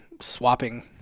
swapping